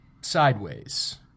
sideways